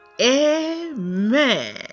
Amen